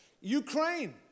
Ukraine